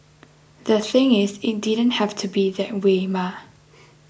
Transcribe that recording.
the thing is it didn't have to be that way mah